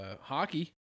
hockey